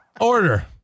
order